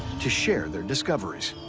to share their discoveries.